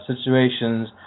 situations